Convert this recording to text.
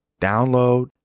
Download